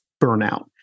burnout